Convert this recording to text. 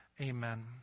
Amen